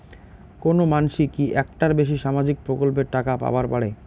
কোনো মানসি কি একটার বেশি সামাজিক প্রকল্পের টাকা পাবার পারে?